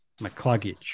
McCluggage